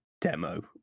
demo